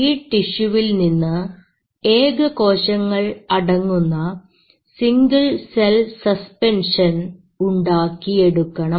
ഈ ടിഷ്യുവിൽ നിന്ന് ഏക കോശങ്ങൾ അടങ്ങുന്ന സിംഗിൾ സെൽ സസ്പെൻഷൻ ഉണ്ടാക്കിയെടുക്കണം